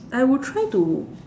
I would try to